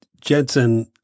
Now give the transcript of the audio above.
Jensen